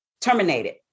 terminated